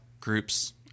groups